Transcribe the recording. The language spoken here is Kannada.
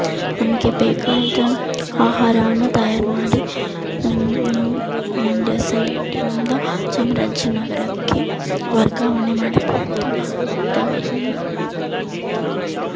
ನಮಗೆ ಬೇಕಾದ ಆಹಾರವನ್ನು ತಯಾರು ಮಾಡಿ ನಮ್ಮ ಮಂಡ್ಯ ಸೈಡ್ ಇಂದ ಚಾಮರಾಜ ನಗರಕ್ಕೆ ವರ್ಗಾವಣೆ ಮಾಡಬಹುದು ಅಥವಾ ಈ